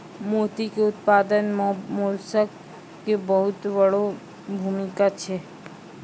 मोती के उपत्पादन मॅ मोलस्क के बहुत वड़ो भूमिका छै